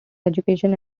education